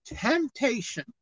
temptation